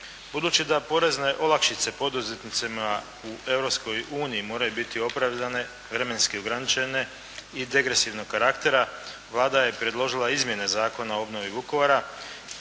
Budući da porezne olakšice poduzetnicima u Europskoj uniji moraju biti opravdane, vremenski ograničene i degresivnog karaktera Vlada je predložila Izmjene zakona o obnovi Vukovara